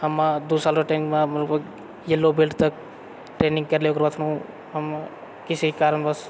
हम दू साल र ट्रेनिंगमे येल्लो बेल्ट तक ट्रेनिंग करलियै ओकरबाद फेनु हम किसी कारणबस